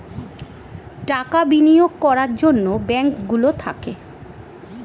টাকা বিনিয়োগ করার জন্যে ব্যাঙ্ক গুলো থাকে